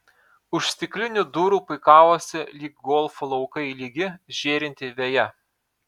už stiklinių durų puikavosi lyg golfo laukai lygi žėrinti veja